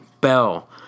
Bell